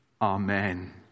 Amen